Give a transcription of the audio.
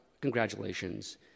Congratulations